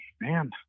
man